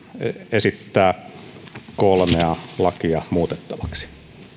esittää kolmea lakia muutettavaksi